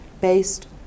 based